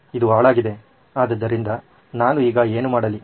ಇದು ಹಾಳಗಿದೆ ಆದ್ದರಿಂದ ನಾನು ಈಗ ಏನು ಮಾಡಲಿ